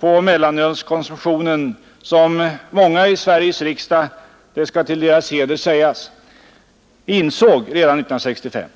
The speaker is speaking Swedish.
på mellanölskonsumtionen som många i Sveriges riksdag — det skall till deras heder sägas — insåg redan 1965.